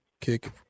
kick